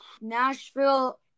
Nashville